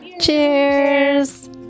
Cheers